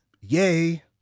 yay